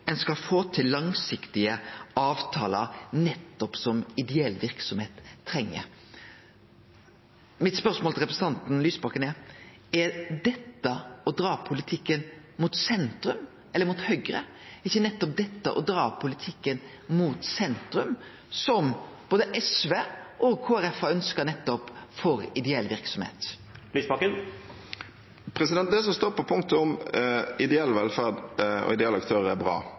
ein skal få til langsiktige avtalar, nettopp slik ideell verksemd treng. Spørsmålet mitt til representanten Lysbakken er: Er dette å dra politikken mot høgre? Er ikkje dette nettopp å dra politikken mot sentrum, som både SV og Kristeleg Folkeparti har ønskt nettopp for ideell verksemd? Det som står på punktet om ideell velferd og ideelle aktører, er bra.